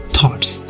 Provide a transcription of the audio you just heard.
Thoughts